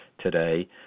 today